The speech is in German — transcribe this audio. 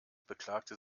beklagte